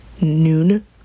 noon